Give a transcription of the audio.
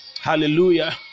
hallelujah